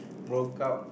broke up